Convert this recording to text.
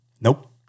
Nope